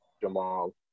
Jamal